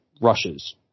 rushes